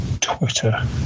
twitter